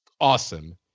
awesome